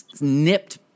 nipped